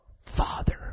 father